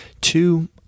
Two